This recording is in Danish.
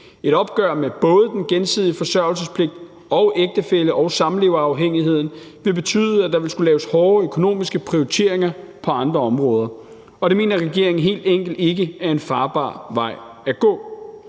Et opgør med både den gensidige forsørgelsespligt og ægtefælle- og samleverafhængigheden vil betyde, at der vil skulle laves hårde økonomiske prioriteringer på andre områder, og det mener regeringen helt enkelt ikke er en farbar vej at gå.